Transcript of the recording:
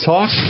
Talk